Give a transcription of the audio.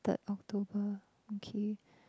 third October okay